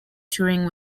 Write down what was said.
touring